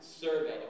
survey